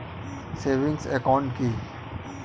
Savings account কি?